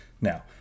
Now